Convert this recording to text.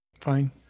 fine